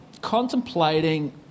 contemplating